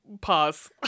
pause